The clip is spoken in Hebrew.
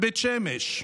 בבית שמש.